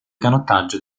canottaggio